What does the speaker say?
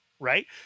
Right